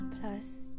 Plus